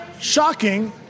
shocking